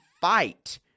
fight